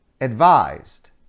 advised